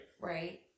Right